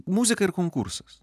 muzika ir konkursas